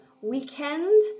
weekend